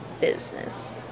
business